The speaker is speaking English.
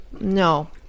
No